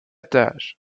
tâche